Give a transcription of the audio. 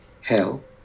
hell